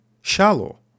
shallow